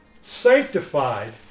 sanctified